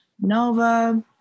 nova